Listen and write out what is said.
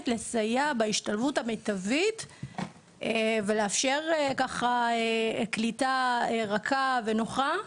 לסייע בהשתלבות המיטבית ולאפשר קליטה רכה ונוחה.